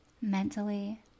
mentally